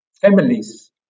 families